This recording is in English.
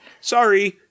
sorry